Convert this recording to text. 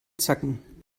zacken